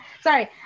sorry